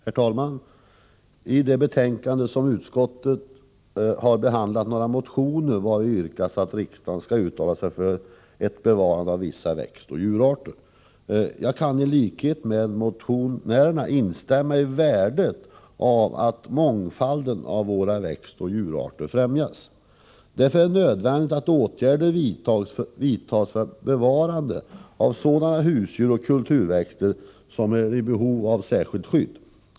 Herr talman! I jordbruksutskottets betänkande 12 har utskottet behandlat några motioner, vari yrkas att riksdagen skall uttala sig för ett bevarande av vissa växtoch djurarter. Jag kan, i likhet med motionärerna, framhålla värdet av att mångfalden av våra växtoch djurarter främjas. Därför är det nödvändigt att åtgärder vidtas för ett bevarande av sådana husdjur och kulturväxter som är i behov av särskilt skydd.